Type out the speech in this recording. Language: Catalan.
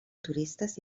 turistes